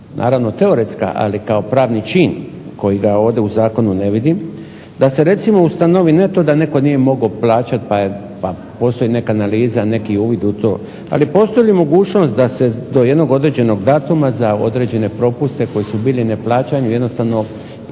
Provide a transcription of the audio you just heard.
naravno teoretska ali kao pravni čin kojega ovdje u zakonu ne vidim, da se ustanovi ne to da netko nije mogao plaćati pa postoji neka analiza neki uvidi u to, ali postoji mogućnost da se do jednog određenog datuma za određene propuste koje su bili u neplaćanju jednostavno vlasnike